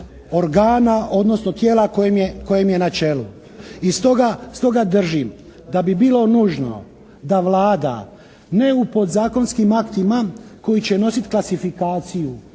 organa, odnosno tijela kojem je na čelu. I stoga držim, da bi bilo nužno da Vlada ne u podzakonskim aktima koji će nositi klasifikaciju,